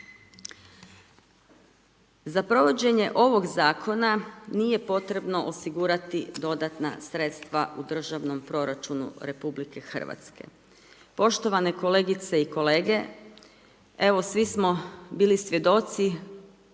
Za provođenje ovog zakona nije potrebno osigurati dodatna sredstva u Državnom proračunu RH. Poštovane kolegice i kolege evo svi smo bili svjedoci